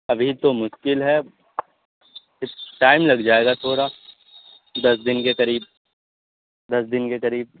ابھی تو مشکل ہے ٹائم لگ جائے گا تھوڑا دس دن کے کریب دس دن کے کریب